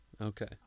Okay